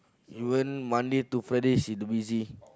even Monday to Friday it's busy